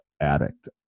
addict